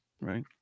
Right